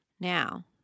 Now